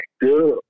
good